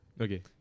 Okay